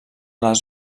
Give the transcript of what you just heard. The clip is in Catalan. les